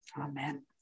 Amen